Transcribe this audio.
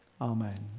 Amen